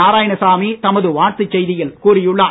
நாராயணசாமி தமது வாழ்த்துச் செய்தியில் கூறியுள்ளார்